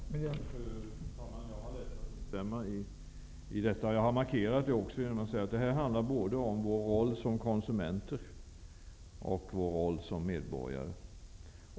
Fru talman! Jag har lätt att instämma i detta. Jag har också markerat min inställning genom att säga att detta handlar om både vår roll som konsumenter och vår roll som medborgare.